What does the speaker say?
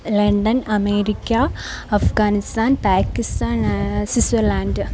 London America Afghanistan Pakistan Switzerland